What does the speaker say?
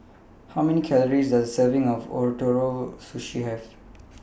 How Many Calories Does A Serving of Ootoro Sushi Have